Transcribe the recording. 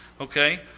Okay